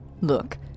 Look